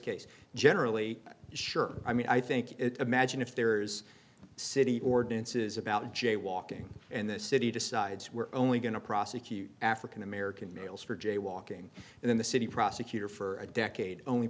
case generally sure i mean i think it imagine if there's city ordinances about jaywalking and the city decides we're only going to prosecute african american males for jaywalking and then the city prosecutor for a decade only